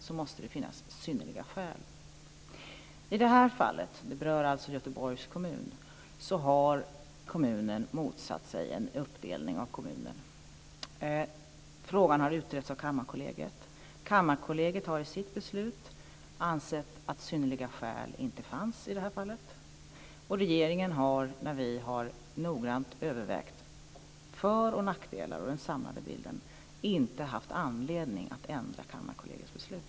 I detta fall - det berör alltså Göteborgs kommun - har kommunen motsatt sig en uppdelning av kommunen. Frågan har utretts av Kammarkollegiet. Kammarkollegiet har i sitt beslut ansett att synnerliga skäl inte finns i detta fall. Vi har i regeringen, när vi noggrant har övervägt för och nackdelar och tagit ställning till den samlade bilden, inte haft anledning att ändra Kammarkollegiets beslut.